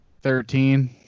Thirteen